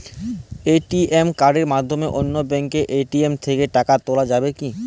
ATM কার্ডের মাধ্যমে অন্য ব্যাঙ্কের এ.টি.এম থেকে টাকা তোলা যাবে কি?